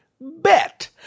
bet